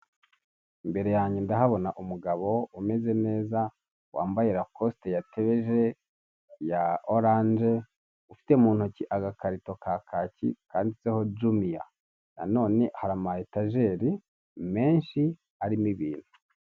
Imbere yange ndahabona umugabo umeze neza, wambaye rakosite yatebeje ya oranje ufite mu ntoki agakarito ka kaki kanditseho jumiya. Na none hari amayetajeri menshi arimo ibintu.